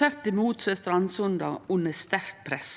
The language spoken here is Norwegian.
Tvert imot er strandsona under sterkt press.